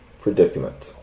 predicament